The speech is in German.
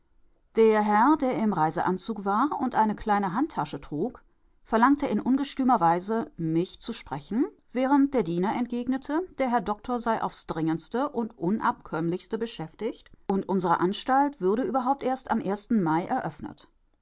der herr der im reiseanzug war und eine kleine handtasche trug verlangte in ungestümer weise mich zu sprechen während der diener entgegnete der herr doktor sei aufs dringendste und unabkömmlichste beschäftigt und unsere anstalt würde überhaupt erst am ersten mai eröffnet